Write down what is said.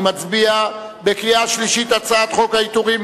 אני מצביע בקריאה שלישית על הצעת חוק העיטורים